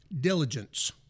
diligence